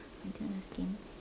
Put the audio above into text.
my turn asking